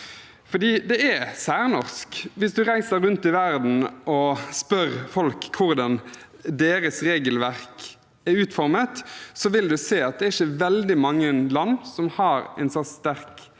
det er særnorsk. Hvis du reiser rundt i verden og spør folk hvordan deres regelverk er utformet, vil du se at det er ikke veldig mange land som har en så sterk